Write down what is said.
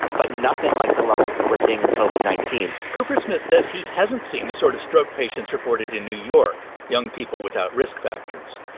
but nothing like the levels that we're seeing in covid nineteen point coopersmith says he hasn't seen the sort of stroke patients reported in new york young people without risk factors.